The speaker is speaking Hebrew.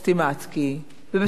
ובתום לב,